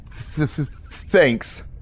thanks